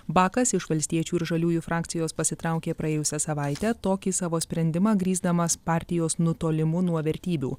bakas iš valstiečių ir žaliųjų frakcijos pasitraukė praėjusią savaitę tokį savo sprendimą grįsdamas partijos nutolimu nuo vertybių